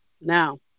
Now